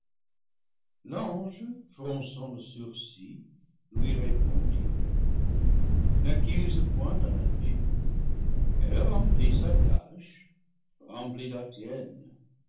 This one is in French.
l'ange fronçant le sourcil lui répondit n'accuse point la nature elle a rempli sa tâche remplis la tienne